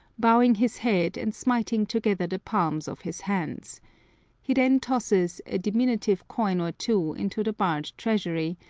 bowing his head and smiting together the palms of his hands he then tosses a diminutive coin or two into the barred treasury,